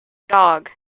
dog